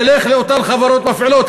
ילך לאותן חברות מפעילות.